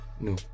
No